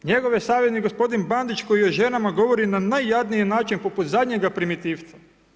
Njegove savjetnik gospodin Bandić koji o ženama govori na najjadniji način poput zadnjega primitivca.